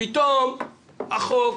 פתאום החוק